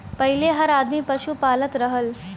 पहिले हर आदमी पसु पालत रहल